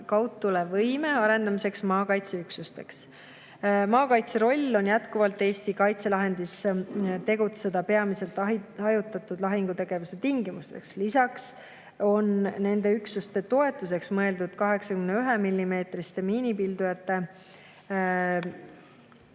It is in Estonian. kaudtulevõime arendamiseks maakaitseüksustes? Maakaitse roll on jätkuvalt Eesti kaitselahendis tegutseda peamiselt hajutatud lahingutegevuse tingimustes. Lisaks nende üksuste toetuseks mõeldud 81‑millimeetristele miinipildujatele